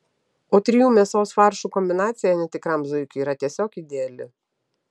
o trijų mėsos faršų kombinacija netikram zuikiui yra tiesiog ideali